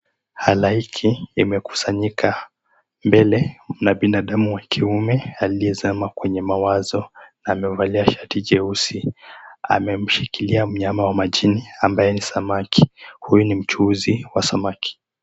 Halaiki imekusanyika mbele na binadamu na wa kiume aliyezama kwenye mawazo amevalia shati jeusi amemshikilia mnyama wa majini ambaye ni samaki. Huyu ni mchuuzi wa samaki.